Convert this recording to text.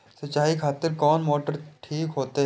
सीचाई खातिर कोन मोटर ठीक होते?